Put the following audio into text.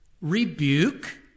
rebuke